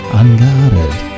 unguarded